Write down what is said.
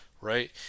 Right